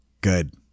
Good